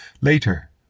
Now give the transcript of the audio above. Later